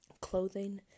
clothing